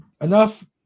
enough